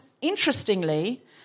interestingly